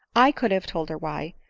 i could have told her why,